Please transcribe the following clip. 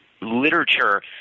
literature